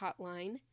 hotline